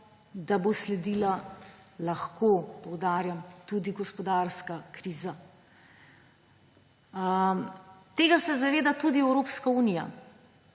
da bo sledila lahko, poudarjam, tudi gospodarska kriza. Tega se zaveda tudi Evropska unija